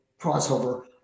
crossover